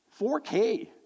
4K